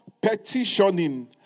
petitioning